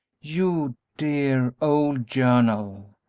you dear, old journal!